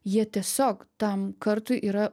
jie tiesiog tam kartui yra